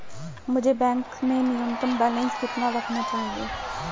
मुझे बैंक में न्यूनतम बैलेंस कितना रखना चाहिए?